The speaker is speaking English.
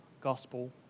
gospel